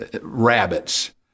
Rabbits